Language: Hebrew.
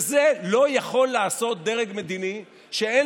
ואת זה לא יכול לעשות דרג מדיני שאין